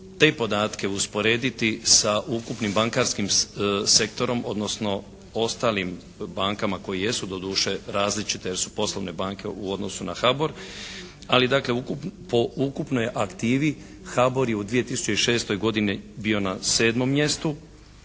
te podatke usporediti sa ukupnim bankarskim sektorom, odnosno ostalim bankama koje jesu doduše različite jer su poslovne banke u odnosu na HBOR ali dakle po ukupnoj aktivi HBOR je u 2006. godini bio na 7. mjestu.